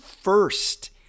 first